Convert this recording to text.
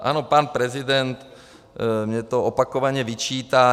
Ano, pan prezident mi to opakovaně vyčítá.